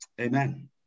Amen